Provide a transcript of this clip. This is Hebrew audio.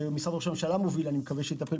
שמשרד ראש הממשלה מוביל היום,